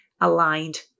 aligned